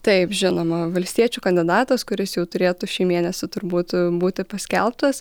taip žinoma valstiečių kandidatas kuris jau turėtų šį mėnesį turbūt būti paskelbtas